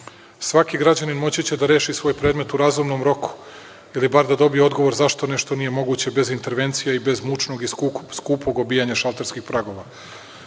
Svaki građanin će moći da reši svoj predmet u razumnom roku, ili bar da dobije odgovor zašto nešto nije moguće bez intervencija i bez mučnog i skupog obijanja šalterskih pragova.